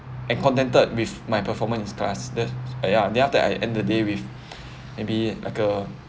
and contented with my performance in class the uh ya then after I end the day with maybe like a